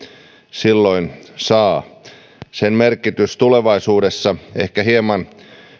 silloin saa sen merkitys tulevaisuudessa ehkä hieman